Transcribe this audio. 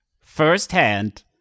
firsthand